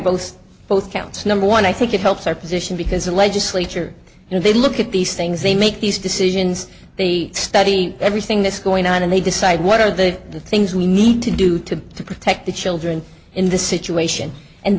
both both counts number one i think it helps our position because the legislature you know they look at these things they make these decisions they study everything that's going on and they decide what are the things we need to do to to protect the children in this situation and